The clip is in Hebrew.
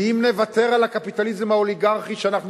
כי אם נוותר על הקפיטליזם האוליגרכי שאנחנו